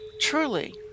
Truly